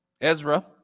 Ezra